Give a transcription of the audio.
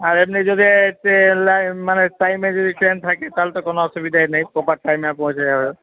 আর এমনি যদি এ ট্রেনলাইন মানে টাইমে যদি ট্রেন থাকে তাহলে তো কোনও অসুবিধাই নেই প্রপার টাইমে পৌঁছে যাবে